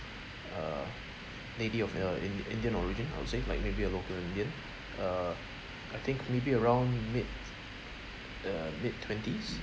uh lady of uh in~ indian origin I would say like maybe a local indian uh I think maybe around mid uh mid-twenties